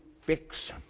fix